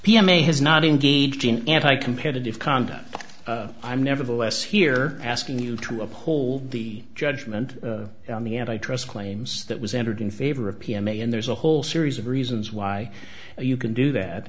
p m a has not engaged in anti competitive conduct i'm nevertheless here asking you to uphold the judgment on the antitrust claims that was entered in favor of p m a and there's a whole series of reasons why you can do that